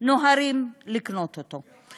נוהרים לקנות אותו.